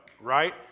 right